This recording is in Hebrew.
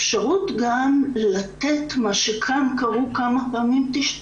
אבל הפרוטוקול יכול היה להיות לגמרי אחרת.